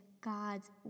God's